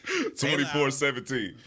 24-17